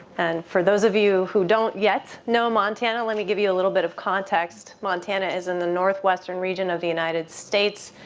and for those of you who don't yet know montana, let me give you a little bit of context, montana is in the northwestern region of the united states.